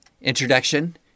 introduction